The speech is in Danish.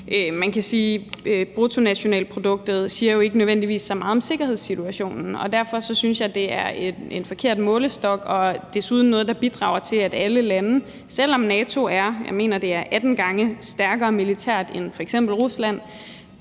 man kan sige, at bruttonationalproduktet jo ikke nødvendigvis siger så meget om sikkerhedssituationen, og derfor synes jeg, det er en forkert målestok og desuden noget, der bidrager til, at alle lande – selv om NATO er, jeg mener, det er 18 gange stærkere militært end f.eks. Rusland